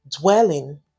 Dwelling